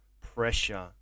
pressure